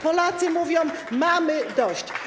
Polacy mówią: mamy dość.